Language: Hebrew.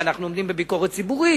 ואנחנו עומדים בביקורת ציבורית,